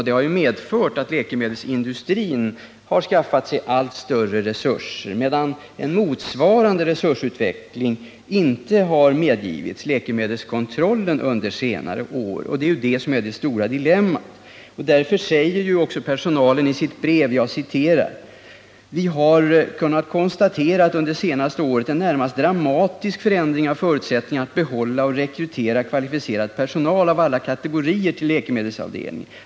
Detta har medfört att läkemedelsindustrin har skaffat sig allt större resurser. En motsvarande resursutveckling har inte medgivits läkemedelskontrollen under senare år, och det är just detta som är det stora dilemmat. Det är också därför personalen säger i sitt brev: ”Vi har kunnat konstatera under det senaste året en närmast dramatisk förändring av förutsättningarna att behålla och rekrytera kvalificerad personal av alla kategorier till läkemedelsavdelningen.